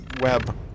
web